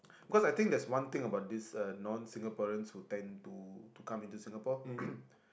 cause I think there's one thing about this uh non Singaporeans who tend to to come into Singapore